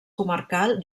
comarcal